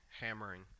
hammering